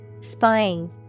Spying